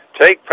take